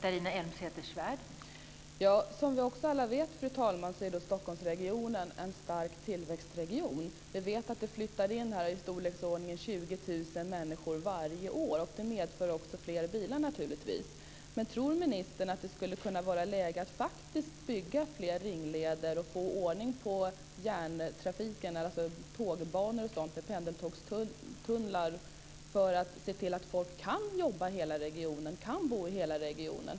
Fru talman! Som vi alla vet är Stockholmsregionen en stark tillväxtregion. Vi vet att det flyttar in i storleksordningen 20 000 människor varje år, och det medför naturligtvis också fler bilar. Tror ministern att det skulle kunna vara läge att bygga fler ringleder och få ordning på tågbanor och sådant med pendeltågstunnlar för att se till att folk kan jobba och bo i hela regionen?